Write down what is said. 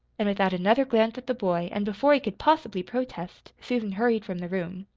and without another glance at the boy, and before he could possibly protest, susan hurried from the room.